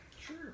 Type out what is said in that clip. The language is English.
Sure